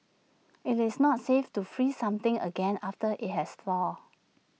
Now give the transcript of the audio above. IT is not safe to freeze something again after IT has thawed